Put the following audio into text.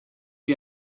you